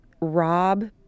rob